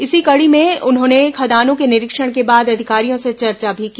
इसी कड़ी में उन्होंने खदानों के निरीक्षण के बाद अधिकारियों से चर्चा भी की